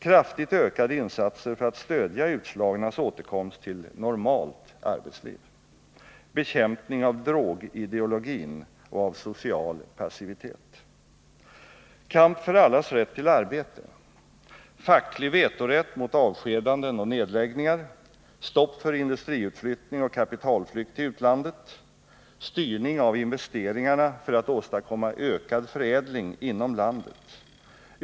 Kraftigt ökade insatser för att stödja utslagnas återkomst till normalt arbetsliv. Bekämpning av drogideologin och av social passivitet. Kamp för allas rätt till arbete: Facklig vetorätt mot avskedanden och nedläggningar. Stopp för industriutflyttning och kapitalflykt till utlandet. Styrning av investeringarna för att åstadkomma ökad förädling inom landet.